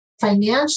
financially